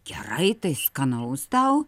gerai tai skanaus tau